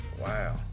wow